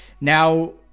now